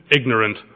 ignorant